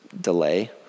delay